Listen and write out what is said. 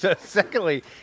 Secondly